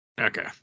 Okay